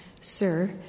Sir